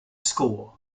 score